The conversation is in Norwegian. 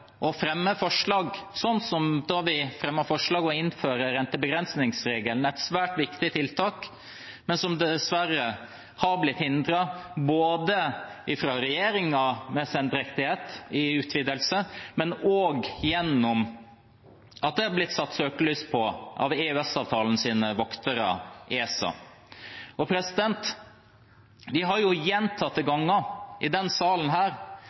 å fremme forslag om dette, som da vi fremmet forslag om å innføre rentebegrensningsregelen. Det er et svært viktig tiltak, men som dessverre har blitt hindret, både av regjeringen – gjennom sendrektighet i forbindelse med utvidelse av den – og ved at søkelyset har blitt satt på den av EØS-avtalens voktere, ESA. Vi har gjentatte ganger i denne salen